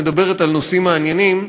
מדברת על נושאים מעניינים,